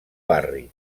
barri